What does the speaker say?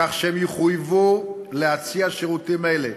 כך שהם יחויבו להציע שירותים אלה,